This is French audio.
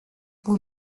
vous